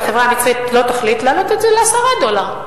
החברה המצרית לא תחליט להעלות את זה ל-10 דולר?